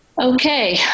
Okay